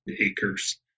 acres